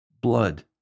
blood